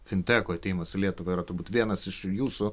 finteko atėjimas į lietuvą yra turbūt vienas iš jūsų